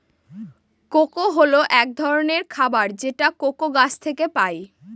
cocoa হল এক ধরনের খাবার যেটা কোকো গাছ থেকে পায়